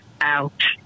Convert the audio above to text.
ouch